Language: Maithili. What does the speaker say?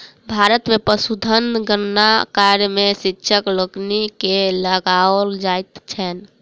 भारत मे पशुधन गणना कार्य मे शिक्षक लोकनि के लगाओल जाइत छैन